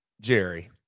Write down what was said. Jerry